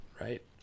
Right